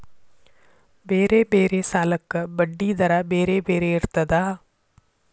ಬೇರೆ ಬೇರೆ ಸಾಲಕ್ಕ ಬಡ್ಡಿ ದರಾ ಬೇರೆ ಬೇರೆ ಇರ್ತದಾ?